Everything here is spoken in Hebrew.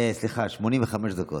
אה, סליחה, 85 דקות.